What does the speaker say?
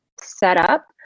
setup